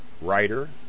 writer